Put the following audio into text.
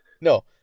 No